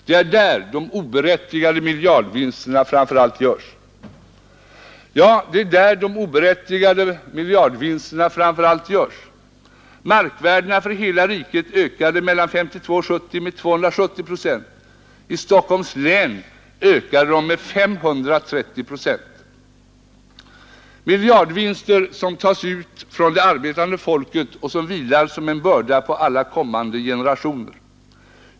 Det är där de oberättigade miljardvinsterna framför allt göres.” Ja, det är här de oberättigade miljardvinsterna framför allt görs. Markvärdena för hela riket ökade mellan 1952 och 1970 med 270 procent. I Stockholms län ökade de med 530 procent. Det är miljardvinster som tas från det arbetande folket och som vilar som en börda på alla kommande generationer.